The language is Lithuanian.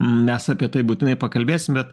mes apie tai būtinai pakalbėsim bet